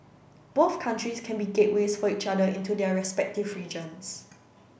both countries can be gateways for each other into their respective regions